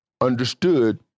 understood